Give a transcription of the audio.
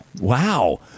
Wow